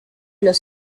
los